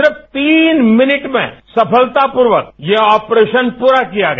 सिर्फ तीन मिनट में सफलता पूर्वक यह ऑपरेशन पूरा किया गया